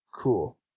Cool